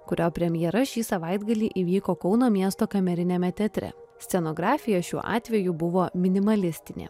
kurio premjera šį savaitgalį įvyko kauno miesto kameriniame teatre scenografija šiuo atveju buvo minimalistinė